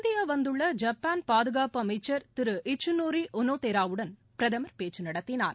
India வந்துள்ள Japan பாதுகாப்பு அமைச்ச் திரு இட்சுநோரி ஒனோதோ வுடன் பிரதமா் பேச்சு நடத்தினார்